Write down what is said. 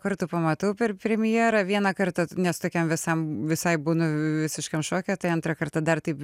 kartų pamatau per premjerą vieną kartą nes tokiam visam visai būnu visiškam šoke tai antrą kartą dar taip